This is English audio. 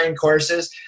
courses